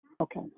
Okay